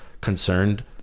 concerned